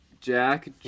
Jack